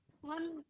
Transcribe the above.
one